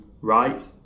right